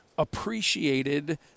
appreciated